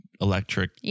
electric